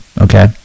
okay